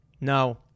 No